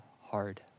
hard